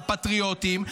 הפטריוטים,